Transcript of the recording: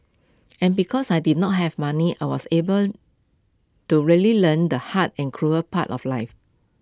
and because I did not have money I was able to really learn the hard and cruel part of life